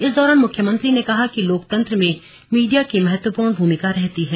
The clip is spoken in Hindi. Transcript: इस दौरान मुख्यमंत्री ने कहा कि लोकतंत्र में मीडिया की महत्वपूर्ण भूमिका रहती है